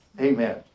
Amen